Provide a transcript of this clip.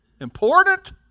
important